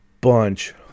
bunch